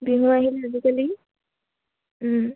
বিহু আহিল